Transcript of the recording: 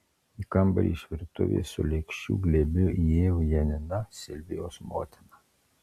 į kambarį iš virtuvės su lėkščių glėbiu įėjo janina silvijos motina